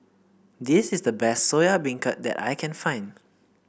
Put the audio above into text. this is the best Soya Beancurd that I can find